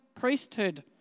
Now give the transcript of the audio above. priesthood